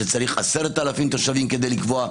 שצריך מינימום 10,000 תושבים כדי לקבוע.